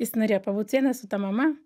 jis norėjo pabūt vienas su ta mama